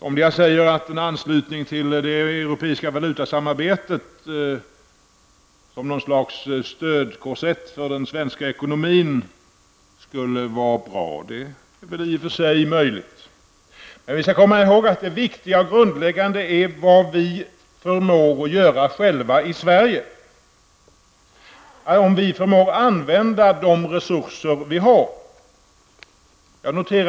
Det är möjligt att en anslutning till det europeiska valutasamarbetet som något slags stödkorsett för den svenska ekonomin skulle vara bra. Man skall dock komma ihåg att det viktiga och grundläggande är vad vi i Sverige förmår att själva åstadkomma om vi kan utnyttja de resurser som vi har.